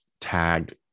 tagged